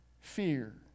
fear